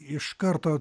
iš karto